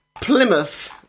Plymouth